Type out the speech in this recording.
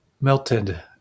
melted